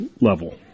level